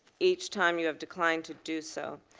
each time, you have declined to do so.